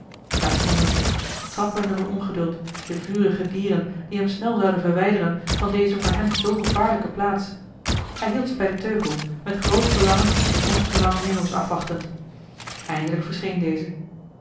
daar stonden ze trappelende van ongeduld de vurige dieren die hem snel zouden verwijderen van deze voor hem zoo gevaarlijke plaats hij hield ze bij den teugel met groot verlangen de komst van lange meeuwis afwachtend eindelijk verscheen deze